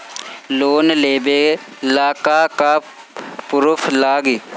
Loan लेबे ला का का पुरुफ लागि?